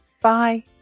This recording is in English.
Bye